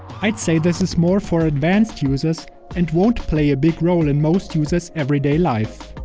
i'd say this is more for advanced users and won't play a big role in most users' everyday life.